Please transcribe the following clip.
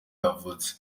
yavutse